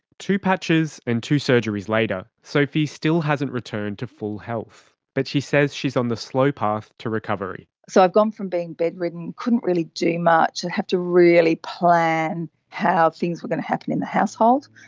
two patches and two surgeries later, sophie still hasn't returned to full health, but she says she is on the slow path to recovery. so i've gone from being bedridden, couldn't really do much, i'd have to really plan how things were going to happen in the household.